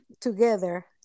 together